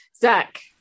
Zach